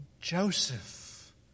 Joseph